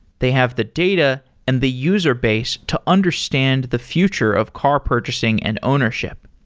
they have the data and the user base to understand the future of car purchasing and ownership.